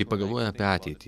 kai pagalvoju apie ateitį